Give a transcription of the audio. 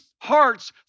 hearts